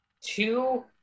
two